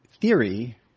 theory